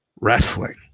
wrestling